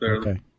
Okay